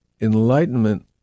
Enlightenment